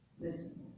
Listen